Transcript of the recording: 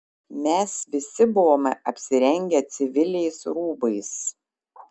mes visi buvome apsirengę civiliais rūbais